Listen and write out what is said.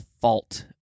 fault